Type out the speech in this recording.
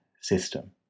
system